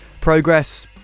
progress